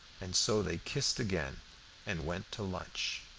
and so they kissed again and went to lunch.